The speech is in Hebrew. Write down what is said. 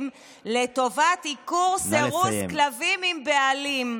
לטובת עיקור וסירוס כלבים עם בעלים,